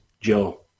Joe